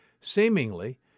Seemingly